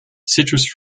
citrus